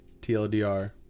TLDR